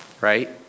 right